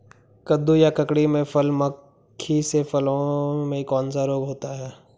कद्दू या ककड़ी में फल मक्खी से फलों में कौन सा रोग होता है?